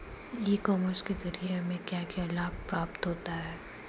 ई commerce के ज़रिए हमें क्या क्या लाभ प्राप्त होता है?